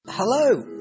Hello